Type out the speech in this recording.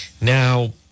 now